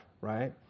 right